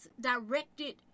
directed